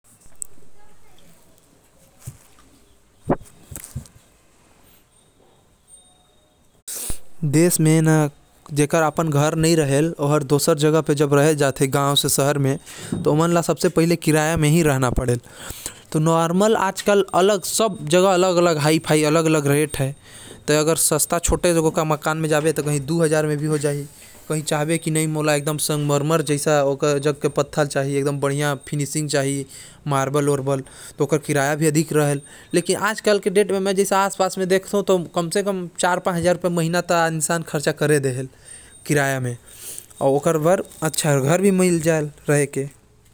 मोर देश म लोग हजार रुपया से लेके तै समझ जा लाखो खर्चा कर देथे किराए म।